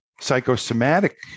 psychosomatic